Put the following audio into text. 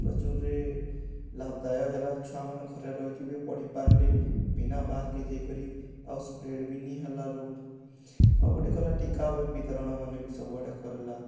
ପ୍ରଚୁର୍ରେ ଲାଭ୍ଦାୟକ୍ ହେଲା ଛୁଆମାନେ ଘରେ ରହିକି ବି ପଢ଼ି ପାର୍ଲେ ବିନା ବାହାର୍କେ ଯାଇକରି ଆଉ ସ୍ପ୍ରେଡ଼୍ ବି ନିି ହେଲା ରୋଗ୍ ଆଉ ଗୁଟେ କଲା ଟୀକା ବିତରଣ ମାନେ ବି ସବୁଆଡ଼େ କର୍ଲା